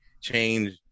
change